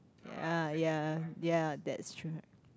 ya ya ya that's true